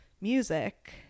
music